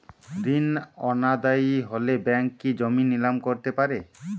ঋণ অনাদায়ি হলে ব্যাঙ্ক কি জমি নিলাম করতে পারে?